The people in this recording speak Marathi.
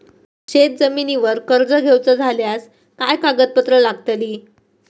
शेत जमिनीवर कर्ज घेऊचा झाल्यास काय कागदपत्र लागतली?